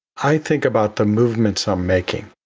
i think about the movements i'm making,